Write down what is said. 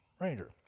Ranger